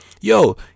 Yo